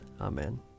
Amen